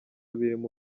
birimo